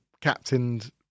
captained